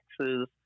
taxes